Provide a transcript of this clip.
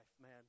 man